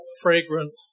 fragrant